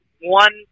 one